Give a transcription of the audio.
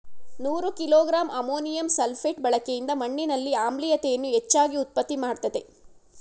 ನೂರು kilogram ammonium sulphate ಬಳಕೆಯಿಂದ ಮಣ್ಣಿನಲ್ಲಿ ಆಮ್ಲೀಯತೆಯನ್ನು ಹೆಚ್ಚಾಗಿ ಉತ್ಪತ್ತಿ ಮಾಡ್ತದೇ